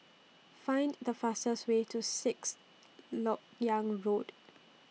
Find The fastest Way to Sixth Lok Yang Road